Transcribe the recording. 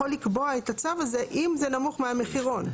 לקבוע את הצו הזה אם זה נמוך מהמחירון,